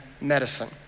medicine